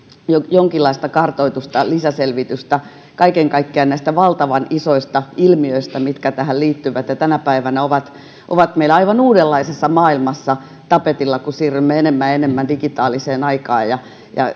jonkinlaista kartoitusta lisäselvitystä kaiken kaikkiaan näistä valtavan isoista ilmiöistä mitkä tähän liittyvät ja tänä päivänä ovat ovat meillä aivan uudenlaisessa maailmassa tapetilla kun siirrymme enemmän ja enemmän digitaaliseen aikaan ja